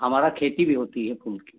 हमारी खेती भी होती है फूल की